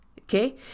okay